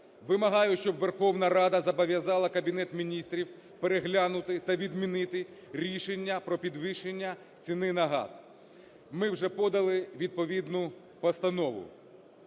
вимагаю, щоб Верховна Рада зобов'язала Кабінет Міністрів переглянути та відмінити рішення про підвищення ціни на газ, ми вже подали відповідну постанову.